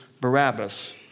Barabbas